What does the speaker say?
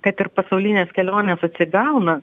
kad ir pasaulinės kelionės atsigauna